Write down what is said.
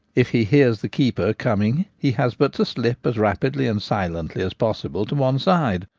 if he hears the keepers coming he has but to slip as rapidly and silently as possible to one side,